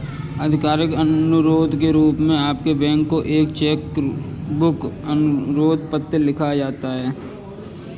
आधिकारिक अनुरोध के रूप में आपके बैंक को एक चेक बुक अनुरोध पत्र लिखा जाता है